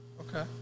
okay